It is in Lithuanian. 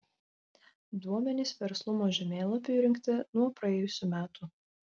duomenys verslumo žemėlapiui rinkti nuo praėjusių metų